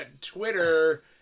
Twitter